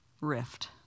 rift